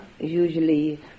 usually